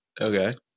Okay